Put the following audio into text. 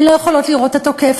הן לא יכולות לראות את התוקף,